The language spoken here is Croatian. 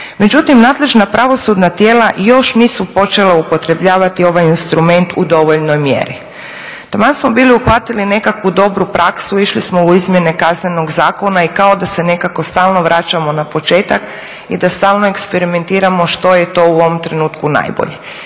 Međutim nadležna pravosudna tijela još nisu počela upotrebljavati ovaj instrument u dovoljnoj mjeri. Taman smo bili uhvatili nekakvu dobru praksu, išli smo u Izmjene Kaznenog zakona i kao da se nekako stalno vraćamo na početak i da stalno eksperimentiramo što je to u ovom trenutku najbolje.